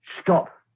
Stop